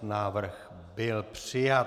Návrh byl přijat.